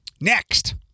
Next